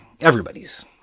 Everybody's